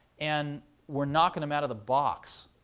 and we're knocking them out of the box.